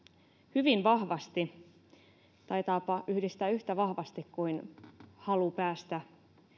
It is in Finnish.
hyvin vahvasti taitaapa yhdistää yhtä vahvasti kuin halu päästä